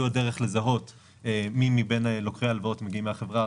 הדרך לזהות מי מבין לוקחי ההלוואות מגיעים מהחברה הערבית,